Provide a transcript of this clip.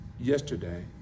yesterday